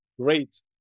Great